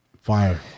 Fire